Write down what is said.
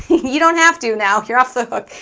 you don't have to now, you're off the hook,